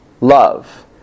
love